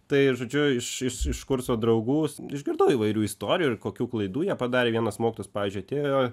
tai žodžiu iš iš iš kurso draugų išgirdau įvairių istorijų ir kokių klaidų jie padarė vienas mokytojas pavyzdžiui atėjo